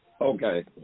Okay